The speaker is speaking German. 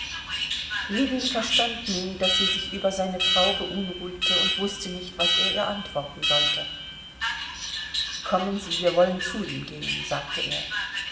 ljewin verstand nun daß sie sich über seine frau beunruhigte und wußte nicht was er ihr antworten sollte kommen sie wir wollen zu ihm gehen sagte er